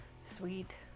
Sweet